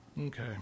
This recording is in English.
Okay